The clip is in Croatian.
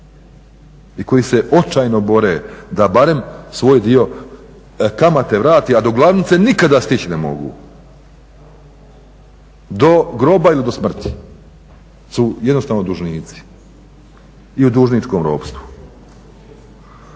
i koji se očajno bore da barem svoj dio kamate vrati, a do glavnice nikada stići ne mogu. Do groba ili do smrti su jednostavno dužnici i u dužničkom ropstvu.